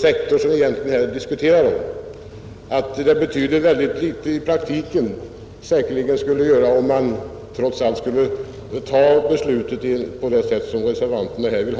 sektor som vi egentligen diskuterar här. Det skulle säkerligen betyda mycket litet i praktiken om riksdagen trots allt skulle besluta på det sätt som reservanterna här vill.